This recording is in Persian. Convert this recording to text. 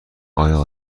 آیا